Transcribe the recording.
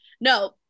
no